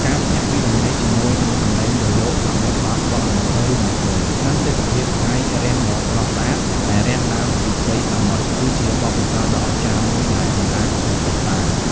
ការភ្ញាក់ពីដំណេកជាមួយនឹងសំឡេងរលកសមុទ្របោកបក់រំភើយៗ និងទេសភាពថ្ងៃរះដ៏ស្រស់ស្អាតដែលរះឡើងពីផ្ទៃសមុទ្រ គឺជាបទពិសោធន៍ដ៏អស្ចារ្យមួយដែលមិនអាចបំភ្លេចបាន។